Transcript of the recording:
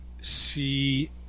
see